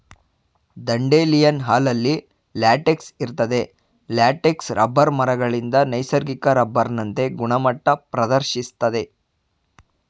dandelion ಹಾಲಲ್ಲಿ latex ಇರ್ತದೆ latex rubber ಮರಗಳಿಂದ ನೈಸರ್ಗಿಕ ರಬ್ಬರ್ನಂತೆ ಗುಣಮಟ್ಟ ಪ್ರದರ್ಶಿಸ್ತದೆ